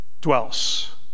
dwells